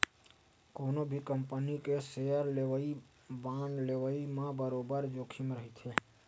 कोनो भी कंपनी के सेयर लेवई, बांड लेवई म बरोबर जोखिम रहिथे